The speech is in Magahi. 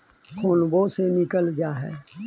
फोनवो से निकल जा है?